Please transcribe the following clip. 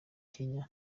kenya